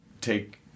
take